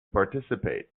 participate